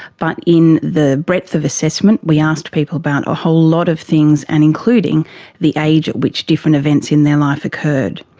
but in the breadth of assessment, we asked people about a whole lot of things, and including the age at which different events on their life occurred.